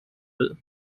will